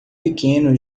pequeno